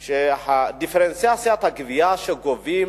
היא דיפרנציאציית הגבייה שגובים